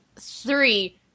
three